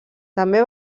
també